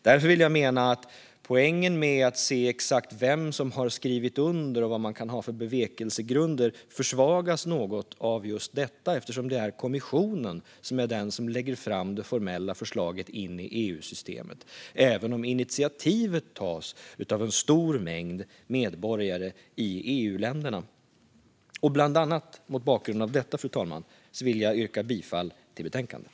Därför vill jag mena att poängen med att se exakt vem som har skrivit under och vad man kan ha för bevekelsegrunder försvagas något av just detta, eftersom det är kommissionen som är den som lägger fram det formella förslaget i EU-systemet, även om initiativet tas av en stor mängd medborgare i EU-länderna. Bland annat mot bakgrund av detta, fru talman, vill jag yrka bifall till förslaget i betänkandet.